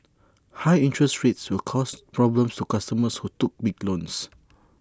high interest rates will cause problems to customers who took big loans